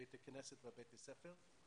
בתי הכנסת ובתי הספר,